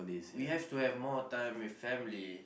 we have to have more time with family